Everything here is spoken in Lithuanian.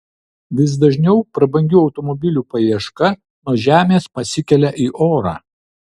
vis dažniau prabangių automobilių paieška nuo žemės pasikelia į orą